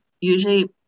usually